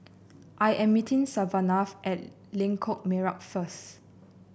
I am meeting Savanah at Lengkok Merak first